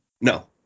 No